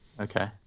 Okay